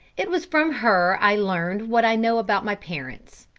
it was from her i learnt what i know about my parents.